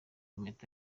impeta